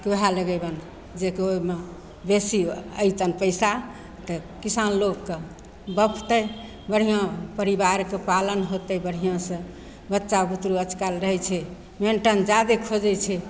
कि ओहे लगेबनि जेकि ओहिमे बेसी अएतनि पइसा तऽ किसान लोकके बौखतै बढ़िआँ परिवारके पालन होतै बढ़िआँसे बच्चा बुतरु आजकल रहै छै मेन्टेन जादे खोजै छै